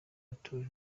arthur